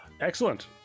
Excellent